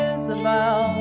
Isabel